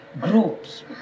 groups